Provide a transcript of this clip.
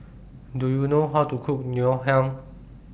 Do YOU know How to Cook Ngoh Hiang